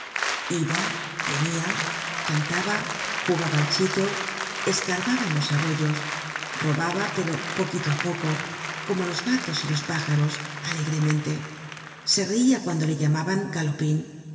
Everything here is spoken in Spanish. y enfermizo iba venia cantaba jugaba al chito escarbaba en los arroyos robaba pero poquito á poquito como los gatos y los pájaros alegremente se reia cuando le llamaban